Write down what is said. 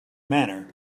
manner